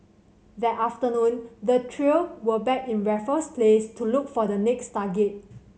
that afternoon the trio were back in Raffles Place to look for the next target